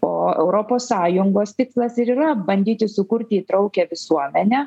o europos sąjungos tikslas ir yra bandyti sukurti įtraukią visuomenę